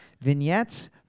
vignettes